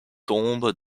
tombe